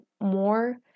more